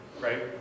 Right